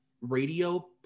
radio